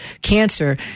cancer